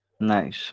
Nice